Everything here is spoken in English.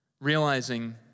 realizing